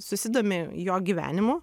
susidomi jo gyvenimu